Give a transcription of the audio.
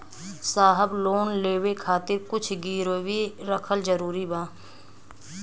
साहब लोन लेवे खातिर कुछ गिरवी रखल जरूरी बा?